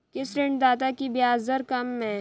किस ऋणदाता की ब्याज दर कम है?